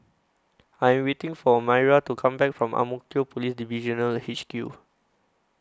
I Am waiting For Myra to Come Back from Ang Mo Kio Police Divisional H Q